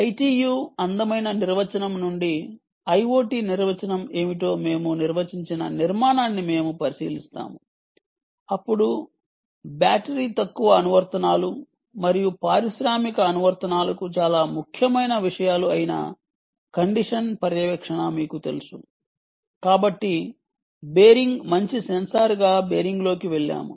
ITU అందమైన నిర్వచనం నుండి IoT నిర్వచనం ఏమిటో మేము నిర్వచించిన నిర్మాణాన్ని మేము పరిశీలిస్తాము అప్పుడు బ్యాటరీ లేని అనువర్తనాలు మరియు పారిశ్రామిక అనువర్తనాలకు చాలా ముఖ్యమైన విషయాలు అయిన కండిషన్ పర్యవేక్షణ మీకు తెలుసు కాబట్టి బేరింగ్ మంచి సెన్సార్గా బేరింగ్లోకి వెళ్ళాము